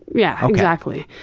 yeah, exactly.